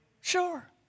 Sure